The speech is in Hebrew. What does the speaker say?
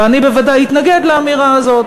ואני בוודאי אתנגד לאמירה הזאת,